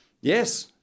yes